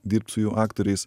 dirbt su jų aktoriais